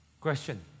Question